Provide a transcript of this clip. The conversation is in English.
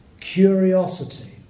curiosity